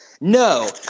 No